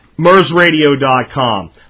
MERSradio.com